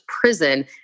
prison